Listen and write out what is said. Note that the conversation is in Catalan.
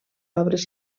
obres